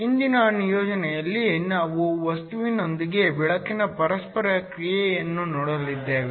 ಇಂದಿನ ನಿಯೋಜನೆಯಲ್ಲಿ ನಾವು ವಸ್ತುವಿನೊಂದಿಗೆ ಬೆಳಕಿನ ಪರಸ್ಪರ ಕ್ರಿಯೆಯನ್ನು ನೋಡಲಿದ್ದೇವೆ